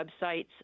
websites